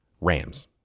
Rams